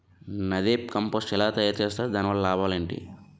NADEP compost ఎలా తయారు చేస్తారు? దాని వల్ల లాభాలు ఏంటి?